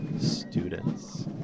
students